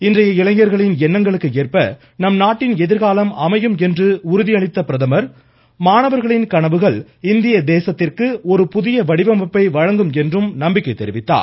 இன்றைய இளைஞர்களின் எண்ணங்களுக்கு ஏற்ப நம்நாட்டின் எதிர்காலம் ்அமையும் என்று உறுதி அளித்துள்ள பிரதமர் மாணவர்களின் கனவுகள் இந்திய தேசத்திற்கு ஒரு புதிய வடிவமைப்பை வழங்கும் ்என்று நம்பிக்கை தெரிவித்தார்